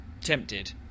Tempted